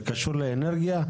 זה קשור לאנרגיה?